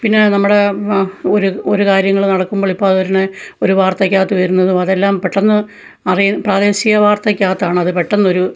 പിന്നെ നമ്മുടെ ആ ഒരു ഒരു കാര്യങ്ങൾ നടക്കുമ്പോൾ ഇപ്പം തന്നെ ഒരു വർത്തയ്ക്കകത്ത് വരുന്നതും അതെല്ലാം പെട്ടന്ന് അറിവ് പ്രാദേശിക വാർത്തയ്ക്കകത്താണ് അത് പെട്ടന്നൊരു